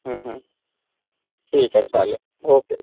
ठीक आहे चालेल ओके